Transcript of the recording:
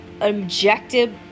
objective